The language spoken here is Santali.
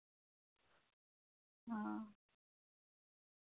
ᱦᱮᱸ